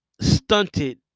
Stunted